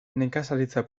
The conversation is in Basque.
nekazaritza